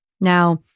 Now